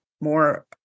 more